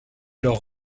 leur